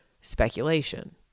speculation